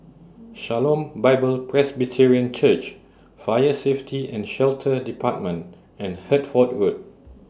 Shalom Bible Presbyterian Church Fire Safety and Shelter department and Hertford Road